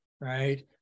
right